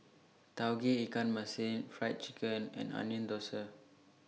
Tauge Ikan Masin Fried Chicken and Onion Thosai